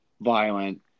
violent